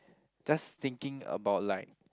just thinking about like